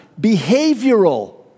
behavioral